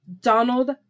Donald